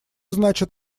значит